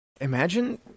Imagine